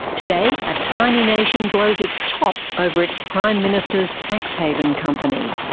today, a tiny nation blows its top over its prime minister's tax haven company.